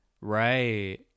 right